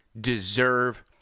deserve